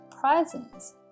presents